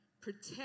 Protect